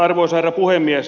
arvoisa herra puhemies